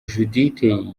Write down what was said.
judithe